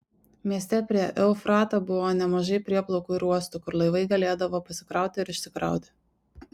mieste prie eufrato buvo nemažai prieplaukų ir uostų kur laivai galėdavo pasikrauti ir išsikrauti